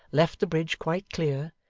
left the bridge quite clear,